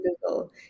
Google